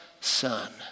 son